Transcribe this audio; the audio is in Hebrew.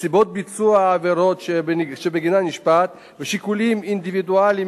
נסיבות ביצוע העבירות שבגינן נשפט ושיקולים אינדיבידואליים